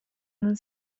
non